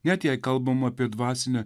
net jei kalbam apie dvasinę